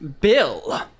Bill